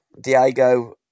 Diego